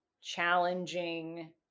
challenging